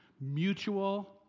Mutual